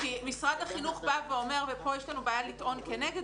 -- כי משרד החינוך בא ואומר ופה יש לנו בעיה לטעון כנגד,